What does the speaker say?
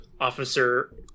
officer